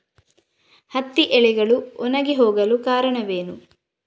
ಹತ್ತಿ ಎಲೆಗಳು ಒಣಗಿ ಹೋಗಲು ಕಾರಣವೇನು?